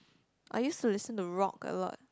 I used to listen to rock a lot